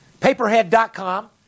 Paperhead.com